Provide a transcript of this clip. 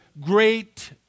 great